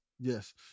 Yes